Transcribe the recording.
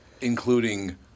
including